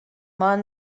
mind